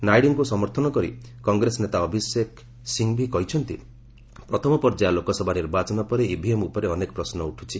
ନାଇଡୁଙ୍କୁ ସମର୍ଥନ କରି କଂଗ୍ରେସ ନେତା ଅଭିଷେକ ମନୁ ସିଂଭି କହିଛନ୍ତି ପ୍ରଥମ ପର୍ଯ୍ୟାୟ ଲୋକସଭା ନିର୍ବାଚନ ପରେ ଇଭିଏମ୍ ଉପରେ ଅନେକ ପ୍ରଶ୍ନ ଉଠୁଛି